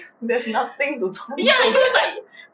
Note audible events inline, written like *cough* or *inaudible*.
*laughs* there's nothing to 传宗